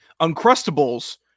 Uncrustables